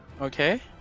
Okay